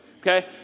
okay